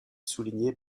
souligné